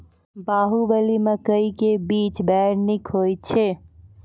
बाहुबली मकई के बीज बैर निक होई छै